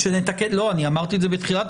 אמר,